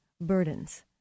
burdens